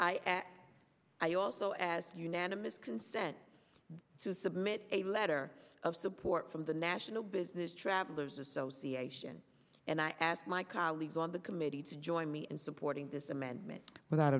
process i also asked unanimous consent to submit a letter of support from the nash no business travelers association and i asked my colleagues on the committee to join me in supporting this amendment without